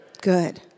good